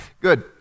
good